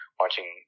watching